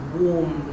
warm